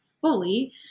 fully